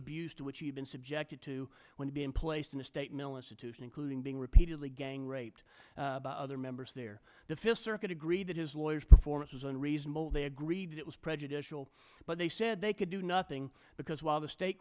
abuse to which he'd been subjected to when being placed in a state militia to including being repeatedly gang raped by other members there the fifth circuit agreed that his lawyers performance was unreasonable they agreed it was prejudicial but they said they could do nothing because while the state